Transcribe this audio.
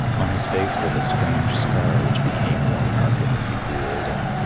on his face was strange scar which became more marked as he grew older.